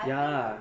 ya